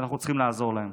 ואנחנו צריכים לעזור להם.